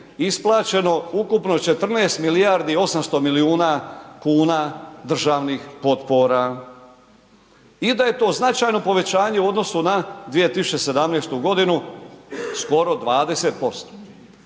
isplaćeno ukupno 14 milijardi i 800 milijuna kuna državnih potpora. I da je to značajno povećanje u odnosu na 2017. g., skoro 20%.